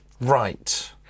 Right